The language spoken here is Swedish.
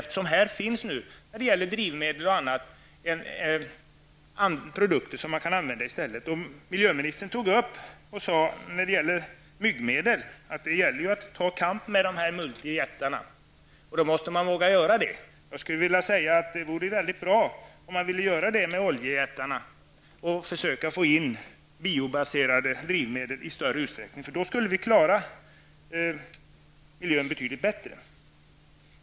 I fråga om drivmedel och annat finns det ju produkter som man kunde använda i stället. Beträffande myggmedel sade miljöministern att det gäller att ta kamp med multijättarna. Då måste man våga göra det. Det vore bra om man ville göra det med oljejättarna och försöka få in biobaserade drivmedel i större utsträckning. Då skulle vi klara miljön betydligt bättre.